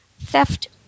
theft